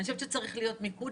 אני חושבת שצריך להיות מיקוד